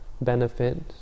benefit